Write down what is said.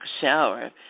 shower